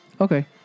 Okay